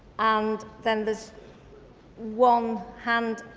and then there's one hand,